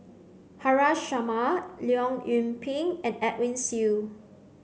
Haresh Sharma Leong Yoon Pin and Edwin Siew